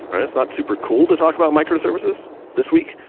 right? it's not super cool to talk about microservices this week.